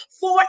four